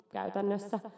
käytännössä